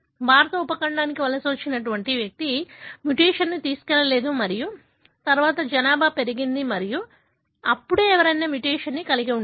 భారత ఉపఖండానికి వలస వచ్చిన వ్యక్తి మ్యుటేషన్ను తీసుకెళ్లలేదు మరియు తరువాత జనాభా పెరిగింది మరియు అప్పుడే ఎవరైనా మ్యుటేషన్ కలిగి ఉంటారు